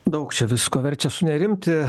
daug čia visko verčia sunerimti